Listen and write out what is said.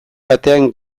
batean